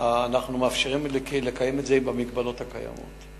אנחנו מאפשרים לקיים את זה במגבלות הקיימות.